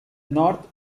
north